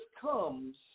comes